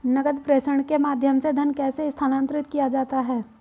नकद प्रेषण के माध्यम से धन कैसे स्थानांतरित किया जाता है?